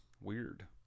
Weird